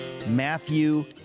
Matthew